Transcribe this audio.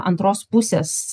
antros pusės